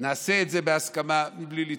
נעשה את זה בהסכמה, בלי לתקוף.